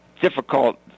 difficult